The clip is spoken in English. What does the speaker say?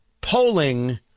Polling